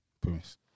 Promise